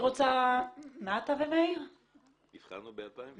נבחרנו ב-2003.